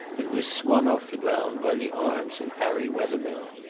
and was swung off the ground by the arms of harry wethermill.